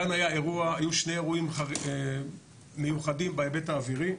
כאן היו שני אירועים מיוחדים בהיבט האווירי,